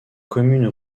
commune